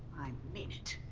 mean it.